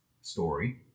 story